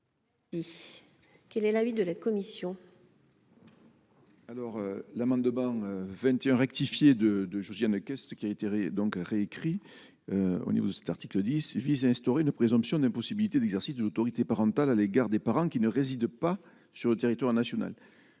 Quel est l'avis de la commission.